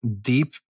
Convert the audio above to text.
deep